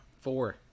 Four